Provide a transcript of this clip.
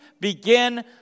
begin